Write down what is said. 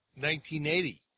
1980